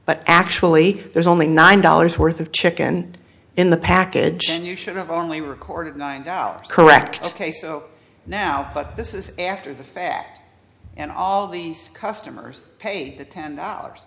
but actually there's only nine dollars worth of chicken in the package and you should have only recorded nine dollars correct ok so now but this is after the fact and all these customers pay the ten dollars